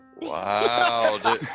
Wow